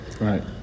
Right